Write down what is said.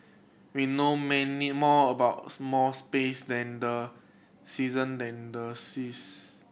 we know may more about more space than the season and the seas